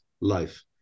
life